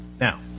Now